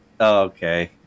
Okay